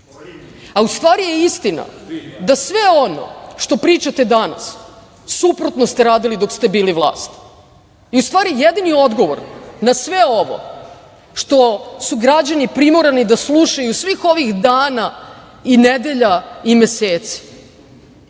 a u stvari je istina da sve ono što pričate danas suprotno ste radili dok ste bili vlast i u stvari jedini odgovor na sve ovo što su građani primorani da slušaju svih ovih dana i nedelja i meseci